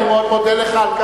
אני מאוד מודה לך על,